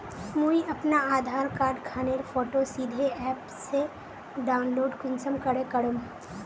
मुई अपना आधार कार्ड खानेर फोटो सीधे ऐप से डाउनलोड कुंसम करे करूम?